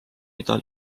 mida